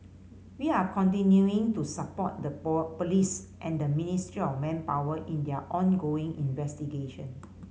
we are continuing to support the police and the Ministry of Manpower in their ongoing investigation